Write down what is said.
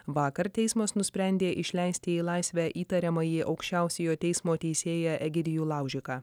vakar teismas nusprendė išleisti į laisvę įtariamąjį aukščiausiojo teismo teisėją egidijų laužiką